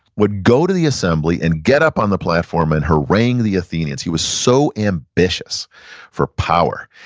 would go to the assembly and get up on the platform and harangue the athenians he was so ambitious for power,